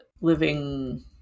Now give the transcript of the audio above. living